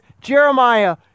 Jeremiah